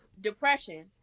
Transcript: depression